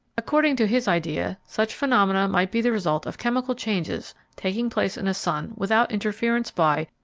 according to his idea, such phenomena might be the result of chemical changes taking place in a sun without interference by,